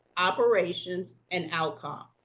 operations, and outcome.